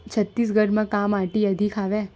छत्तीसगढ़ म का माटी अधिक हवे?